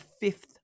fifth